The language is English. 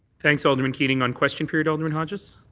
thanks, alderman keating. on question period, alderman hodges?